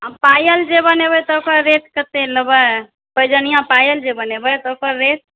आ पायल जे बनेबै ओकर रेट कते लेबै पैजनियाँ पायल जे बनेबै तऽ ओकर रेट